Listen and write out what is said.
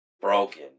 Broken